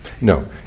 No